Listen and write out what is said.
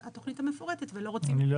התוכנית המפורטת ולא רוצים --- אני לא